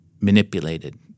manipulated